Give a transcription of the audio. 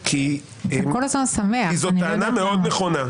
אתה כל הזמן שמח, אני לא יודעת למה.